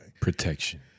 Protection